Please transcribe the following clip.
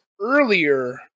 earlier